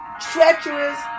treacherous